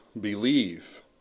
Believe